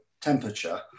temperature